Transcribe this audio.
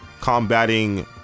combating